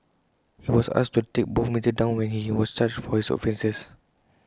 he was asked to take both materials down when he was charged for his offences